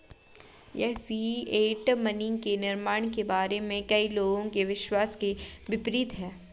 यह fiat money के निर्माण के बारे में कई लोगों के विश्वास के विपरीत है